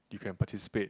you can participate